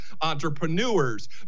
entrepreneurs